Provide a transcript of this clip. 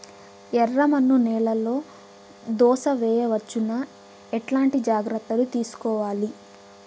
ఎర్రమన్ను నేలలో దోస వేయవచ్చునా? ఎట్లాంటి జాగ్రత్త లు తీసుకోవాలి?